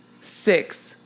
Six